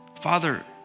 Father